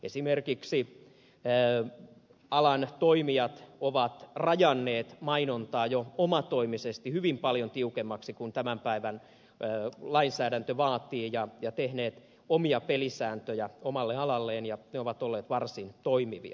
esimerkiksi alan toimijat ovat rajanneet mainontaa jo omatoimisesti hyvin paljon tiukemmaksi kuin tämän päivän lainsäädäntö vaatii ja tehneet omia pelisääntöjä omalle alalleen ja ne ovat olleet varsin toimivia